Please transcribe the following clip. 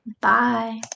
Bye